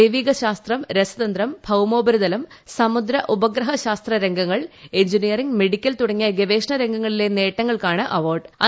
ജൈവിക ശാസ്ത്രം രസതന്ത്രം ഭൌമോപരിതലം സമുദ്ര ഉപഗ്രഹ ശാസ്ത്ര രംഗങ്ങൾ എഞ്ചിനീയറിംഗ് മെഡിക്കൽ തുടങ്ങിയ ഗവേഷണ രംഗങ്ങളിലെ നേട്ടങ്ങൾക്കാണ് അവാർഡ് നൽകുന്നത്